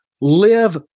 live